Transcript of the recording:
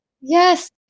Yes